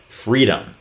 freedom